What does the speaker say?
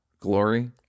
glory